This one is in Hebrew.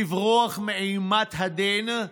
לברוח מאימת הדין,